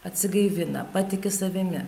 atsigaivina patiki savimi